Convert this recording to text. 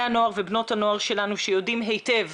הנוער ובנות הנוער שלנו שיודעים היטב,